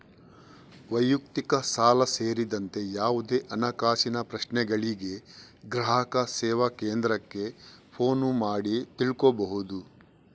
ವೈಯಕ್ತಿಕ ಸಾಲ ಸೇರಿದಂತೆ ಯಾವುದೇ ಹಣಕಾಸಿನ ಪ್ರಶ್ನೆಗಳಿಗೆ ಗ್ರಾಹಕ ಸೇವಾ ಕೇಂದ್ರಕ್ಕೆ ಫೋನು ಮಾಡಿ ತಿಳ್ಕೋಬಹುದು